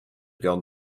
gone